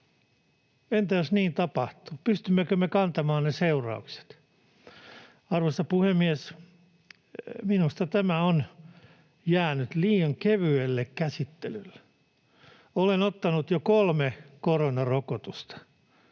Entä jos niin tapahtuu, pystymmekö me kantamaan ne seuraukset? Arvoisa puhemies! Minusta tämä on jäänyt liian kevyelle käsittelylle. Olen ottanut jo kolme koronarokotusta.